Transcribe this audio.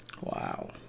Wow